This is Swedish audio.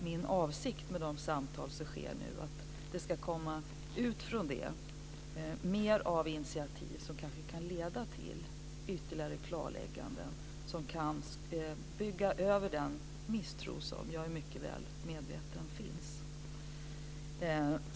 Min avsikt med de samtal som sker nu är att de ska utmynna i mer av initiativ som kan leda till ytterligare klarlägganden och som kan överbrygga den misstro som jag är mycket väl medveten om finns.